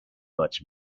much